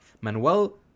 Manuel